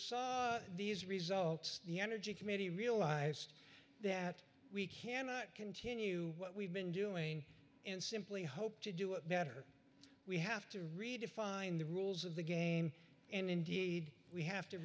saw these results the energy committee realized that we cannot continue what we've been doing and simply hope to do it better we have to redefine the rules of the game and indeed we have to